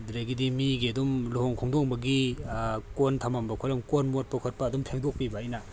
ꯑꯗꯨꯗꯒꯤꯗꯤ ꯃꯤꯒꯤ ꯑꯗꯨꯝ ꯂꯨꯍꯣꯡ ꯈꯣꯡꯗꯣꯡꯕꯒꯤ ꯀꯣꯟ ꯊꯝꯃꯝꯕ ꯈꯣꯠꯂꯝꯕ ꯀꯣꯟ ꯃꯣꯠꯄ ꯈꯣꯠꯄ ꯑꯗꯨꯝ ꯐꯦꯡꯗꯣꯛꯄꯤꯕ ꯑꯩꯅ